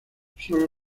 solo